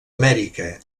amèrica